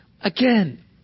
Again